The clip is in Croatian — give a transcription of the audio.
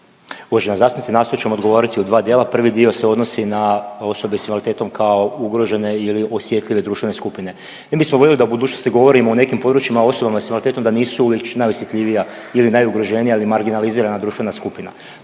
Uvažena zastupnice, nastojat ću vam odgovoriti u dva dijelu, prvi dio se odnosi na osobe s invaliditetom kao ugrožene ili osjetljive društvene skupine i mi bismo voljeli da u budućnosti govorimo o nekim područjima osobama s invaliditetom da nisu najosjetljivija ili najugroženija ili marginalizirana društvena skupina.